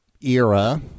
era